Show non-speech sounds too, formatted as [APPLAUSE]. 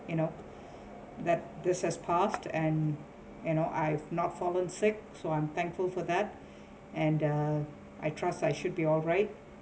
you know that this has passed and you know I've not fallen sick so I'm thankful for that [BREATH] and the I trust I should be all right